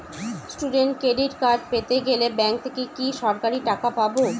Student credit card পেতে গেলে bank থেকে কি সরাসরি টাকা পাবো?